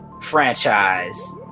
franchise